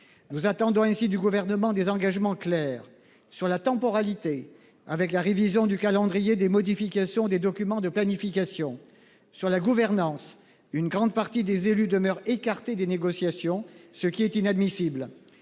Nous attendons ainsi du gouvernement des engagements clairs sur la temporalité avec la révision du calendrier des modifications des documents de planifications sur la gouvernance une grande partie des élus demeurent écarté des négociations, ce qui est inadmissible.